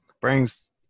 brings